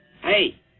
Hey